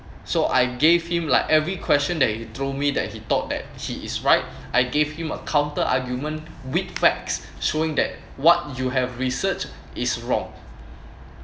so I gave him like every question that you throw me that he thought that he is right I gave him a counter argument with facts showing that what you have research is wrong